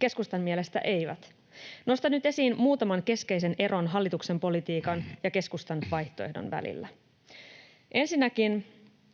Keskustan mielestä eivät. Nostan nyt esiin muutaman keskeisen eron hallituksen politiikan ja keskustan vaihtoehdon välillä: Ensinnäkin